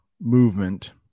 movement